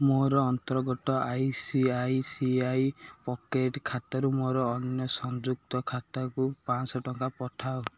ମୋର ଅନ୍ତର୍ଗତ I C I C I Pocket ଖାତାରୁ ମୋର ଅନ୍ୟ ସଂଯୁକ୍ତ ଖାତାକୁ ପାଆଁଶହ ଟଙ୍କା ପଠାଅ